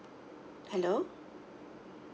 hello